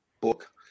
book